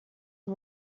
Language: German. und